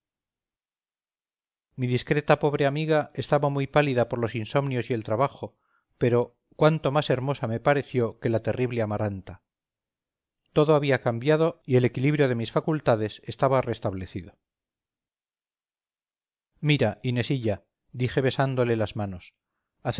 mi discreta y pobre amiga estaba muy pálida por los insomnios y el trabajo pero cuánto más hermosa me pareció que la terrible amaranta todo había cambiado y el equilibrio de mis facultades estaba restablecido mira inesilla dije besándole las manos